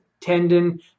tendon